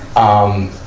um,